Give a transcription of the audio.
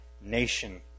nation